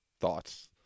thoughts